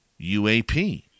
UAP